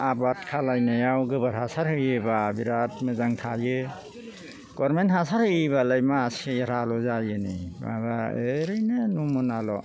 आबाद खालायनायाव गोबोर हासार होयोब्ला बिराद मोजां थायो गभर्नमेन्ट हासार होयोब्ला मा सेहेराल' जायो माबा ओरैनो नमुनाल'